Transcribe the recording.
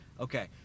Okay